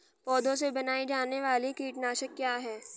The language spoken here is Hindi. पौधों से बनाई जाने वाली कीटनाशक क्या है?